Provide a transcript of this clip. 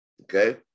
okay